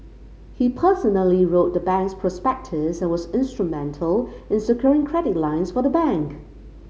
he personally wrote the bank's prospectus and was instrumental in securing credit lines for the bank